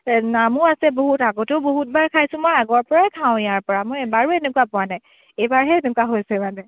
নামো আছে বহুত আগতেও বহুত বাৰ খাইছোঁ মই আগৰ পৰাই খাওঁ ইয়াৰ পৰা মই এবাৰো এনেকুৱা পোৱা নাই এইবাৰহে এনেকুৱা হৈছে মানে